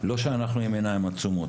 לא שאנחנו עם עיניים עצומות,